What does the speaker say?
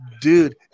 Dude